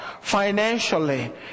financially